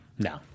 No